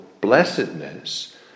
blessedness